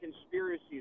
conspiracy